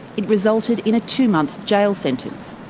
it resulted in a two-month jail sentence.